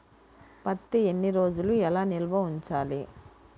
పత్తి ఎన్ని రోజులు ఎలా నిల్వ ఉంచాలి?